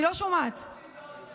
אז אוקיי, חוזרת.